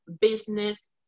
business